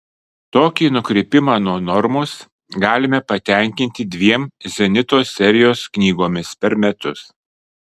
tokį nukrypimą nuo normos galime patenkinti dviem zenito serijos knygomis per metus